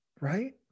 right